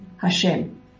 Hashem